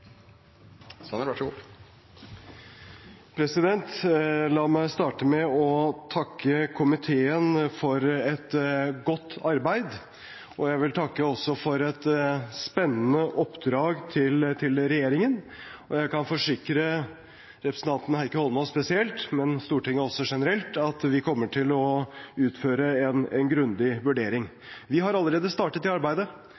La meg starte med å takke komiteen for et godt arbeid. Jeg vil også takke for et spennende oppdrag til regjeringen, og jeg kan forsikre representanten Heikki Eidsvoll Holmås spesielt, men også Stortinget generelt om at vi kommer til å utføre en grundig